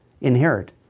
inherit